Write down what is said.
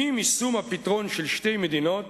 "עם יישום הפתרון של שתי מדינות,